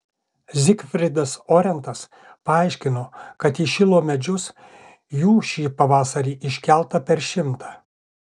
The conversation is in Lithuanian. zygfridas orentas paaiškino kad į šilo medžius jų šį pavasarį iškelta per šimtą